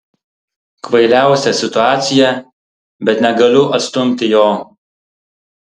kvailiausia situacija bet negaliu atstumti jo